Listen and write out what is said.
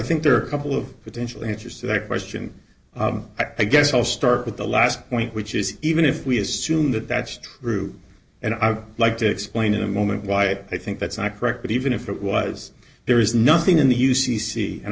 think there are a couple of potential answers to that question i guess i'll start with the last point which is even if we assume that that's true and i'd like to explain in a moment why it i think that's not correct but even if it was there is nothing in the u c c and